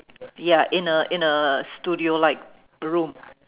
ya in a in a studio like room